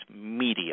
media